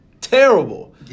terrible